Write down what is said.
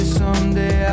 someday